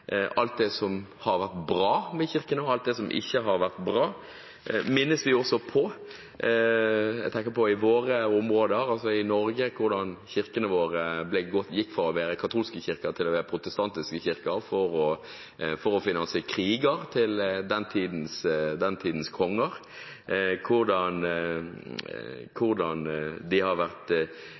Alt det som har vært bra med kirken, og alt det som ikke har vært bra, minnes vi også på. Jeg tenker på i våre områder, altså Norge, hvordan kirkene våre gikk fra å være katolske kirker til å være protestantiske kirker for å finansiere kriger til den tidens konger, hvordan historien har vært der kirken har hatt en posisjon med å kreve inn penger og vært